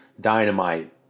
dynamite